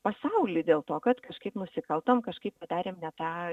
pasaulį dėl to kad kažkaip nusikaltom kažkaip padarėm ne tą